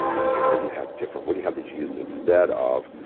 okay. what do you have different? what do you have that's used instead of,